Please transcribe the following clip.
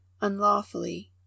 unlawfully